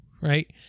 right